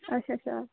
अच्छा अच्छा